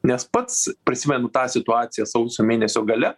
nes pats prisimenu tą situaciją sausio mėnesio gale